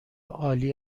عالی